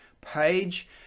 page